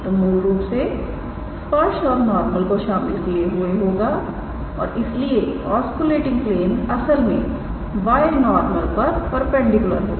तो मूल रूप से यह स्पर्श और नॉर्मल को शामिल किए हुए होगा और इसलिए ऑस्कुलेटिंग प्लेन असल में बाय नॉर्मल पर परपेंडिकुलर होगा